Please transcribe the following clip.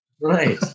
Right